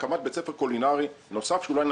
ביקשנו כאן בוועדה שתוציאו מכרז נוסף ותפחיתו מחירים.